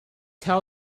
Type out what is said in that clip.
tell